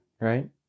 right